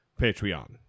Patreon